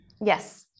Yes